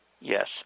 Yes